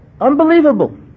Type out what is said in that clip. unbelievable